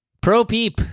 Pro-peep